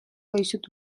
dizut